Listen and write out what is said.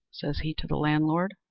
says he to the landlord.